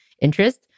interest